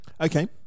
Okay